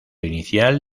inicial